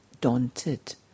daunted